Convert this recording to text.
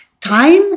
time